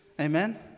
Amen